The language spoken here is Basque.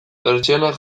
pertsianak